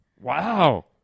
Wow